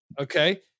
Okay